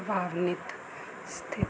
ਪ੍ਰਵਾਨਿਤ